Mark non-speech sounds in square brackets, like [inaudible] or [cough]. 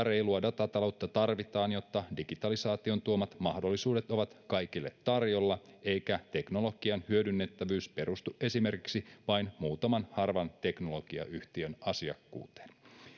[unintelligible] reilua datataloutta tarvitaan jotta digitalisaation tuomat mahdollisuudet ovat kaikille tarjolla eikä teknologian hyödynnettävyys perustu esimerkiksi vain muutaman harvan teknologiayhtiön asiakkuuteen